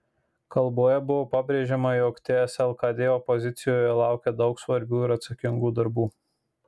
kalboje buvo pabrėžiama jog ts lkd opozicijoje laukia daug svarbių ir atsakingų darbų